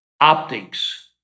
Optics